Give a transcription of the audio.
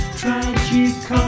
tragic